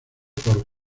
por